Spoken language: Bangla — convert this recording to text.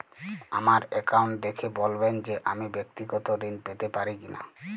আমার অ্যাকাউন্ট দেখে বলবেন যে আমি ব্যাক্তিগত ঋণ পেতে পারি কি না?